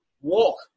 walk